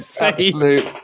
absolute